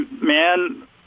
Man